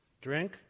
drink